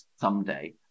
someday